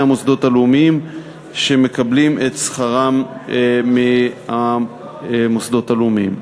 המוסדות הלאומיים שמקבלים את שכרם מהמוסדות הלאומיים,